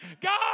God